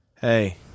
Hey